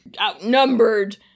outnumbered